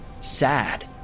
sad